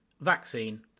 Vaccine